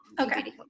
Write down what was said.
Okay